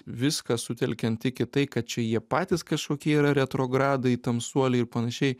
viską sutelkiant tik į tai kad čia jie patys kažkokie yra retrogradai tamsuoliai ir panašiai